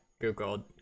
google